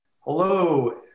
Hello